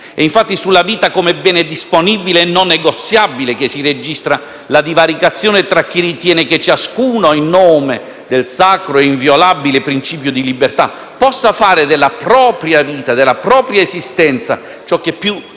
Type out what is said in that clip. È, infatti, sulla vita come bene disponibile e non negoziabile che si registra la divaricazione tra chi ritiene che ciascuno, in nome del sacro e inviolabile principio di libertà, possa fare della propria esistenza ciò che reputa